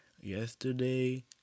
yesterday